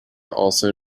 also